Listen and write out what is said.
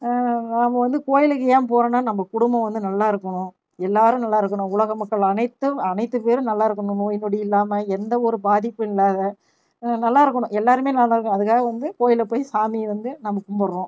நாம் வந்து கோவிலுக்கு ஏன் போகிறோன்னா நம்ம குடும்பம் வந்து நல்லாருக்கணும் எல்லோரும் நல்லாருக்கணும் உலக மக்கள் அனைத்தும் அனைத்து பேரும் நல்லாருக்கணும் நோய்நொடி இல்லாமல் எந்த ஒரு பாதிப்பு இல்லாம நல்லாருக்கணும் எல்லோருமே நல்லாருக்கணும் அதுக்காக வந்து கோவில்ல போய் சாமியை வந்து நம்ம கும்புடுறோம்